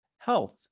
health